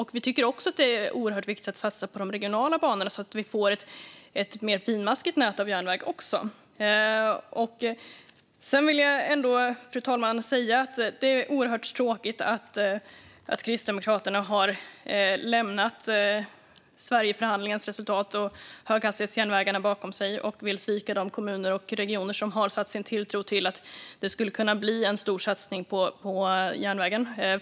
Det är också oerhört viktigt att satsa på de mer regionala banorna så att vi också får ett mer finmaskigt nät av järnväg. Fru talman! Jag vill säga att det är oerhört tråkigt att Kristdemokraterna har lämnat Sverigeförhandlingens resultat och höghastighetsjärnvägen bakom sig och att de vill svika de kommuner och regioner som har satt sin tilltro till att det skulle kunna bli en stor satsning på järnvägen.